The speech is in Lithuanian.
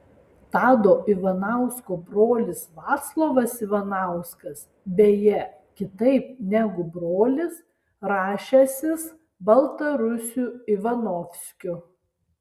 tado ivanausko brolis vaclovas ivanauskas beje kitaip negu brolis rašęsis baltarusiu ivanovskiu